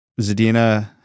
Zadina